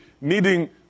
needing